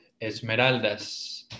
Esmeraldas